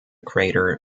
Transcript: crater